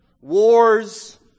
Wars